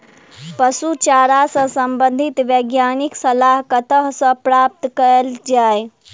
पशु चारा सऽ संबंधित वैज्ञानिक सलाह कतह सऽ प्राप्त कैल जाय?